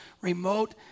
remote